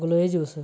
giloy juice